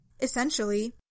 Essentially